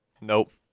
Nope